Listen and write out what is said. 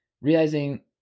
realizing